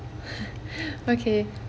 okay